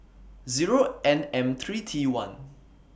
Zero N M three T one